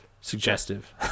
suggestive